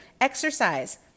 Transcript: Exercise